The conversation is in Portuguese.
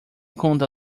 conta